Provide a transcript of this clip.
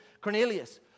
Cornelius